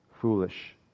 foolish